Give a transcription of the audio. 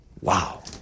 Wow